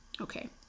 Okay